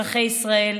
אזרחי ישראל,